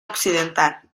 occidental